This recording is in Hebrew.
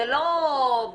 זה לא בקלות.